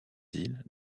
îles